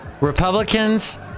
republicans